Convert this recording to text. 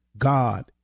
God